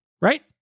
Right